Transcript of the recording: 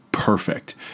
Perfect